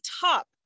top